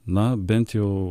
na bent jau